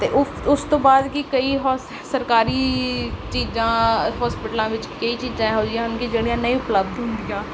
ਅਤੇ ਉ ਉਸ ਤੋਂ ਬਾਅਦ ਕਿ ਕਈ ਹੋਸ ਸ ਸਰਕਾਰੀ ਚੀਜ਼ਾਂ ਹੋਸਪਿਟਲਾਂ ਵਿੱਚ ਕਈ ਚੀਜ਼ਾਂ ਇਹੋ ਜਿਹੀਆਂ ਹਨ ਕਿ ਜਿਹੜੀਆਂ ਨਹੀਂ ਉਪਲੱਬਧ ਹੁੰਦੀਆਂ